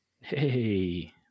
Hey